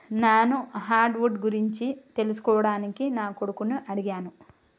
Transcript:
నాను hardwood గురించి తెలుసుకోవడానికి నా కొడుకుని అడిగాను